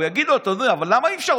הוא יגיד לו: אתה יודע, אבל למה אי-אפשר?